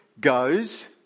goes